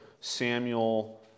Samuel